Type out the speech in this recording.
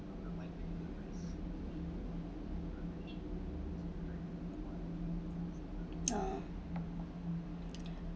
uh